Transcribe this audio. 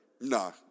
no